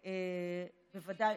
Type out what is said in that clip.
למעביד,